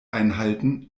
einhalten